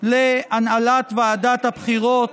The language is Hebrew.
להנהלת ועדת הבחירות,